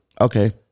Okay